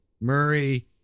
Murray